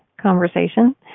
conversation